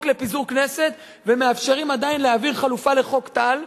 לפיזור הכנסת ומאפשרים עדיין להעביר חלופה לחוק טל,